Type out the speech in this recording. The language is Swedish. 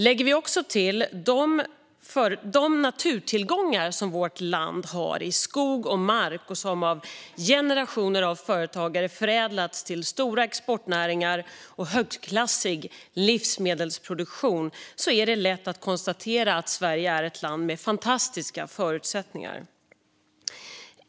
Lägger vi också till de naturtillgångar vårt land har i skog och mark och som av generationer av företagare förädlats till stora exportnäringar och högklassig livsmedelsproduktion är det lätt att konstatera att Sverige är ett land med fantastiska förutsättningar.